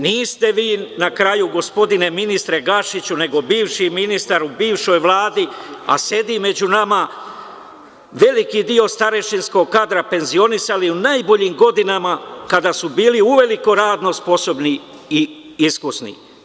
Niste vi, na kraju, gospodine ministre Gašiću, nego bivši ministar u bivšoj Vladi, a sedi među nama, veliki deo starešinskog kadra penzionisali u najboljim godinama, kada su bili uveliko radno sposobni i iskusni.